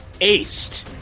aced